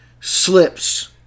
slips